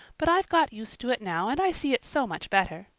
but i've got used to it now and i see it's so much better.